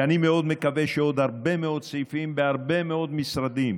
ואני מאוד מקווה שיהיו עוד הרבה מאוד סעיפים בהרבה מאוד משרדים,